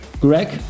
Greg